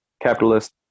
capitalist